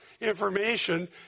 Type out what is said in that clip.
information